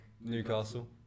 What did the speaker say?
Newcastle